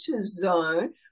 zone